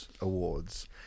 Awards